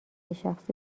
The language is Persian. شخصی